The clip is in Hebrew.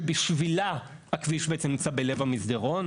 שבשבילה הכביש בעצם נמצא בלב המסדרון.